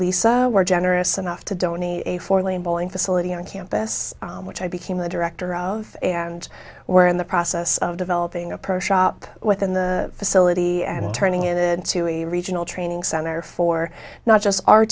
lisa were generous enough to dhoni a four lane bowling facility on campus which i became the director of and we're in the process of developing approach shop within the facility and turning it into a regional training center for not just our